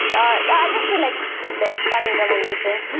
but yeah just be like like spamming them on linkedin